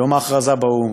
יום ההכרזה באו"ם,